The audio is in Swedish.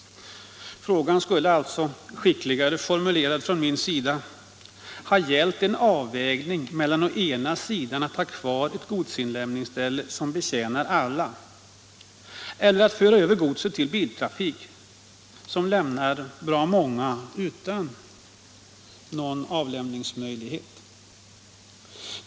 Frågan skulle alltså, med en skickligare formulering från min sida, ha gällt en avvägning mellan å ena sidan att ha kvar ett godsinlämningsställe som betjänar alla och å andra sidan att föra över godset till biltrafik, som lämnar många utan någon avlämningsmöjlighet.